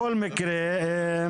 בכל מקרה,